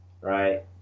right